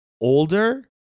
older